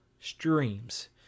streams